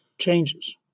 changes